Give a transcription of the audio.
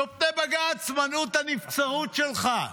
שופטי בג"ץ מנעו את הנבצרות שלך.